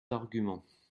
arguments